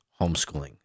homeschooling